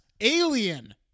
Alien